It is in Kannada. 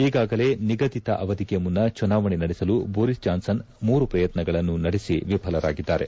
ಈಗಾಗಲೇ ನಿಗದಿತ ಅವಧಿಗೆ ಮುನ್ನ ಚುನಾವಣೆ ನಡೆಸಲು ಬೋರಿಸ್ ಜಾನ್ವನ್ ಮೂರು ಪ್ರಯತ್ನಗಳನ್ನು ನಡೆಸಿ ವಿಫಲರಾಗಿದ್ದಾರೆ